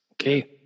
okay